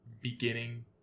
beginning